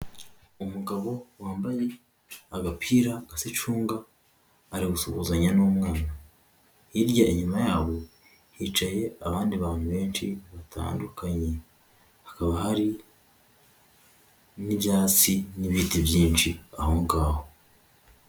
Umugabo wambaye agapira gasa icunga ari gusuhuzanya n'umwana, hirya inyuma yabo hicaye abandi bantu benshi batandukanye, hakaba hari n'ibyatsi n'ibiti byinshi aho ngaho.